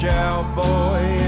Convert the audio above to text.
Cowboy